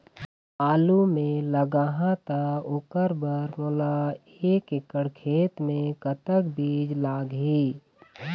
आलू मे लगाहा त ओकर बर मोला एक एकड़ खेत मे कतक बीज लाग ही?